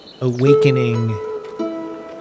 awakening